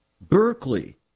Berkeley